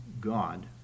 god